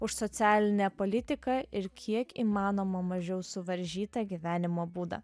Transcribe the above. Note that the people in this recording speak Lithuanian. už socialinę politiką ir kiek įmanoma mažiau suvaržytą gyvenimo būdą